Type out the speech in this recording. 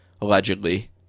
allegedly